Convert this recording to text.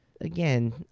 again